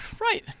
Right